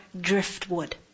driftwood